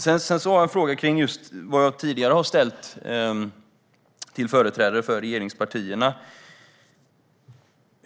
Jag har tidigare ställt en fråga till företrädare till regeringspartierna.